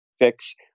Fix